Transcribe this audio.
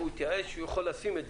שהוא התייאש ממנו.